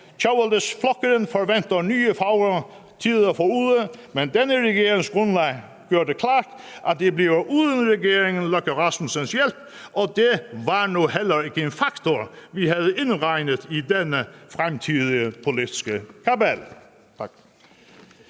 Tjóðveldi forventer nye fagre tider forude, men denne regerings grundlag gør det klart, at det bliver uden regeringen Løkke Rasmussens hjælp, og det var nu heller ikke en faktor, vi havde indregnet i denne fremtidige politiske kabale.